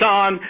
on